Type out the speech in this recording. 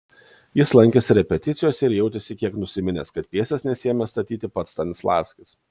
jis lankėsi repeticijose ir jautėsi kiek nusiminęs kad pjesės nesiėmė statyti pats stanislavskis